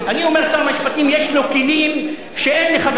לשר המשפטים יש כלים שאין לחבר כנסת,